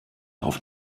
auf